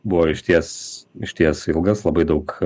buvo išties išties ilgas labai daug